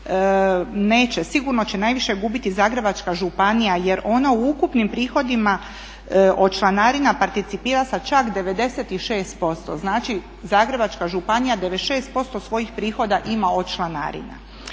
Neće, sigurno će najviše gubiti Zagrebačka županija jer ona u ukupnim prihodima od članarina participira sa čak 96%, znači Zagrebačka županija 96% svojih prihoda ima od članarina.